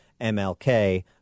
MLK